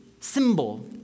symbol